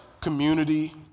Community